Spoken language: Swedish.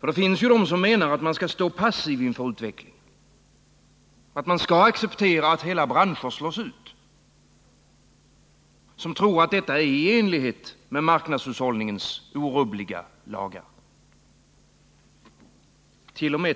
Det finns de som menar att man skall stå passiv inför utvecklingen. Att man skall acceptera att hela branscher slås ut. Som tror att detta är i enlighet med marknadshushållningens orubbliga lagar. T. o.m.